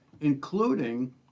including